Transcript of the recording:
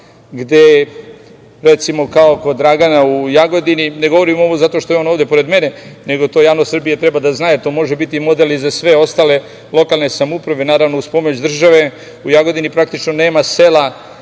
gde, recimo, kao kod Dragana u Jagodini, ne govorim ovo zato što je on ovde pored mene, nego to javnost Srbije treba da zna jer to može biti model i za sve ostale lokalne samouprave naravno uz pomoć države, u Jagodini praktično nema sela